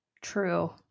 True